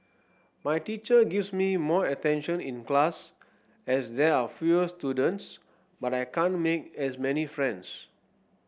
my teacher gives me more attention in class as there are fewer students but I can't make as many friends